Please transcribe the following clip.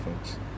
folks